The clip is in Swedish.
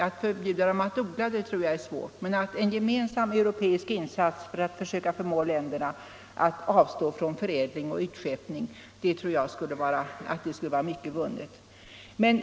Att förbjuda dem att odla opium tror jag är svårt, men en gemensam europeisk insats för att försöka förmå dessa länder att avstå från förädling och utskeppning tror jag det skulle vara mycket vunnet med.